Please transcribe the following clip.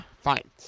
fine